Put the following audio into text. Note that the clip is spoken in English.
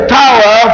tower